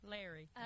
Larry